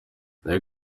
there